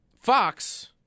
Fox